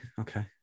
Okay